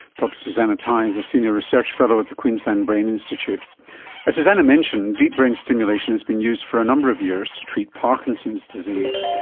dr susannah tye is a senior research fellow at the queensland brain institute. as susannah mentioned, deep brain stimulation has been used for a number of years to treat parkinson's disease,